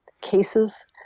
cases